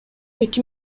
эки